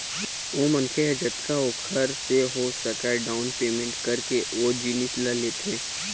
ओ मनखे ह जतका ओखर से हो सकय डाउन पैमेंट करके ओ जिनिस ल लेथे